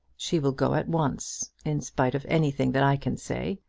she will go at once, in spite of anything that i can say.